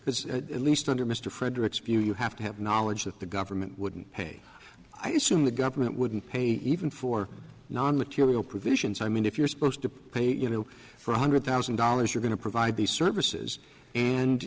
has at least under mr fredericks view you have to have knowledge that the government wouldn't pay i assume the government wouldn't pay even for non material provisions i mean if you're supposed to pay you know for one hundred thousand dollars you're going to provide these services and